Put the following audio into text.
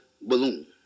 balloon